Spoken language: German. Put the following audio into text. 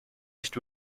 nicht